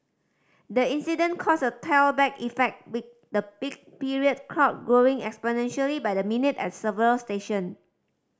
the incident caused a tailback effect with the peak period crowd growing exponentially by the minute at several station